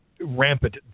rampant